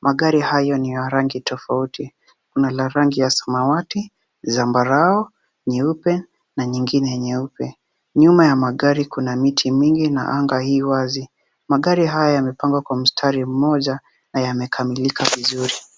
Magari hayo ni ya rangi tofauti, kuna la rangi ya samawati, sambarau, nyeupe na nyingine nyeupe . Nyuma ya magari kuna miti mingi na anga i wazi. Magari haya yamepangwa kwa msitari mmoja na yamekamilika vizuri.